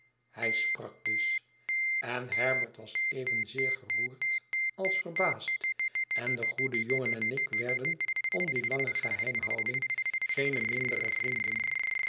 hij sprak dus en herbert wasevenzeer geroerd als verbaasd en de goede jongen en ik werden om die lange geheimhouding geene mindere vrienden